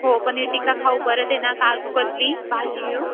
हो पनीर टिक्का खाऊ परत आहे ना काजूकतली भाजी घेऊ